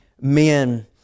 men